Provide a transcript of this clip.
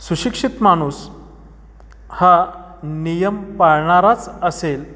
सुशिक्षित माणूस हा नियम पाळणाराच असेल